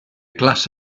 glass